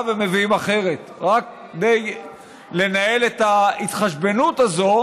ומביאים אחרת רק כדי לנהל את ההתחשבנות הזאת